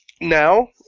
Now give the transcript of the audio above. Now